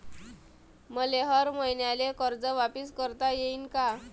मले हर मईन्याले कर्ज वापिस करता येईन का?